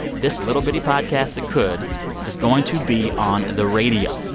this little bitty podcast that could is going to be on the radio,